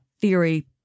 theory